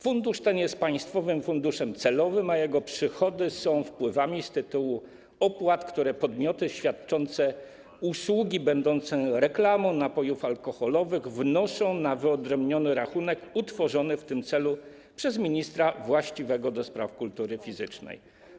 Fundusz ten jest państwowym funduszem celowym, a jego przychody są wpływami z tytułu opłat, które podmioty świadczące usługi będące reklamą napojów alkoholowych wnoszą na wyodrębniony rachunek utworzony w tym celu przez ministra właściwego do spraw kultury fizycznej.